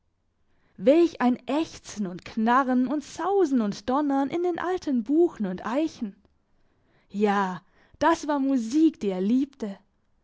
welch ein ächzen und knarren und sausen und donnern in den alten buchen und eichen ja das war musik die er liebte